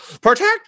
protect